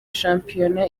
shampiyona